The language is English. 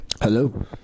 Hello